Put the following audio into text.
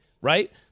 right